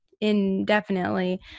indefinitely